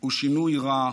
הוא שינוי רע,